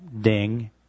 ding